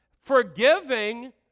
forgiving